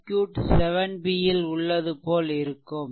circuit 7B ல் உள்ளது போல் இருக்கும்